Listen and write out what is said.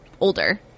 older